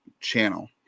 channel